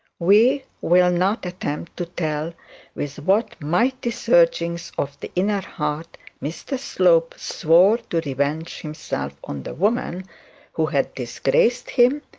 we will not attempt to tell with what mighty surging of the inner heart mr slope swore to revenge himself on the woman who had disgraced him,